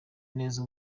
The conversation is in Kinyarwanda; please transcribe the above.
neza